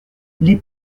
les